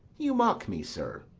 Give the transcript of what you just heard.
you mock me, sir.